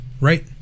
right